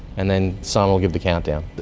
and then simon will give the countdown.